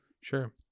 sure